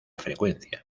frecuencia